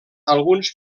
alguns